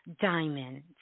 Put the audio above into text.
diamonds